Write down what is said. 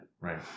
Right